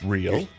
Real